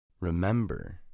remember